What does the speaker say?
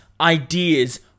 ideas